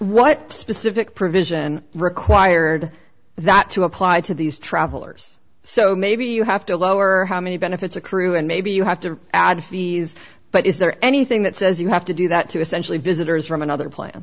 what specific provision required that to apply to these travelers so maybe you have to lower how many benefits accrue and maybe you have to add fees but is there anything that says you have to do that to essentially visitors from another planet